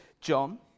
john